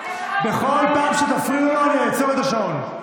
בכל פעם שתפריעו לו אני אעצור את השעון.